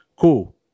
cool